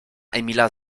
emila